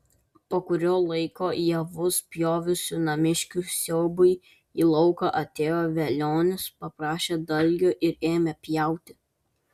po kurio laiko javus pjovusių namiškių siaubui į lauką atėjo velionis paprašė dalgio ir ėmė pjauti